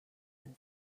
and